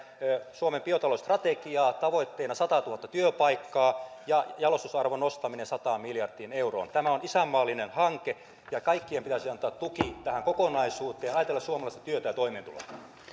suomen biotalousstrategiaa tavoitteena satatuhatta työpaikkaa ja jalostusarvon nostaminen sataan miljardiin euroon tämä on isänmaallinen hanke ja kaikkien pitäisi antaa tuki tähän kokonaisuuteen ja ajatella suomalaista työtä ja toimeentuloa